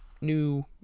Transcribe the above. new